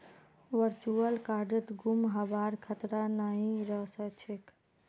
virtual कार्डत गुम हबार खतरा नइ रह छेक